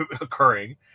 occurring